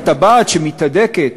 הטבעת שמתהדקת,